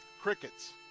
crickets